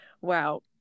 wow